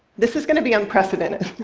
this is going to be unprecedented.